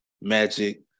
Magic